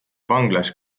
vanglas